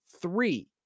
three